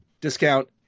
discount –